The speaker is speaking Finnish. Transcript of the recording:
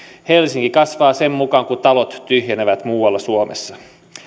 helsinki kasvaa sitä mukaa kuin talot tyhjenevät muualla suomessa